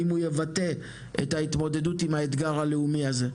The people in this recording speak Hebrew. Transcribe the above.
האם הוא יבטא את ההתמודדות עם האתגר הלאומי הזה.